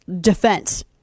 defense